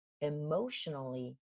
emotionally